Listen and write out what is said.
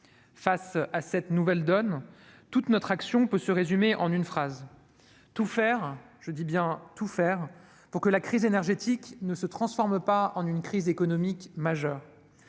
Face à cette nouvelle donne, notre action peut se résumer en une phrase : tout faire- je dis bien tout faire -pour que la crise énergétique ne se transforme pas en une crise économique majeure.